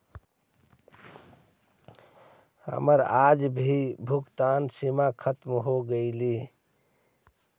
हमर आज की भुगतान सीमा खत्म हो गेलइ